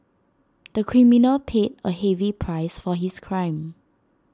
the criminal paid A heavy price for his crime